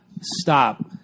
Stop